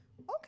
okay